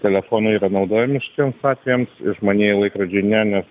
telefonai naudojami šitiems atvejams išmanieji laikrodžiai ne nes